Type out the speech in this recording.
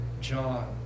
John